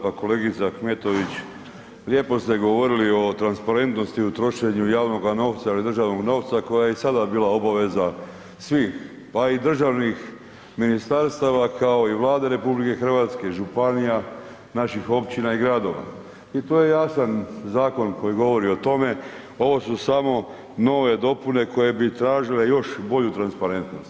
Pa kolegice Ahmetović, lijepo ste govorili o transparentnosti, o trošenju javnoga novca ili državnog novca koja je i sada bila obaveza svih, pa i državnih ministarstava, kao i Vlade RH, županija, naših općina i gradova i tu je jasan zakon koji govori o tome, ovo su samo nove dopune koje bi tražile još bolju transparentnost.